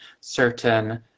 certain